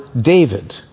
David